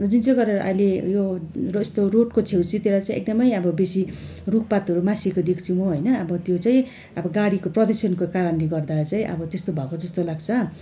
जुन चाहिँ गरेर अहिले यो यस्तो रोडको छेउ छेउतिर चाहिँ एकदमै अब बेसी रुखपातहरू मसिएको देख्छु म होइन अब त्यो चाहिँ अब गाडीको प्रदुषणको कारणले गर्दा चाहिँ अब त्यस्तो भएको जस्तो लाग्छ